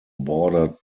bordered